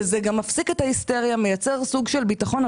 וזה גם מפסיק את ההיסטריה, מייצר סוג של ביטחון.